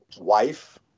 wife